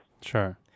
Sure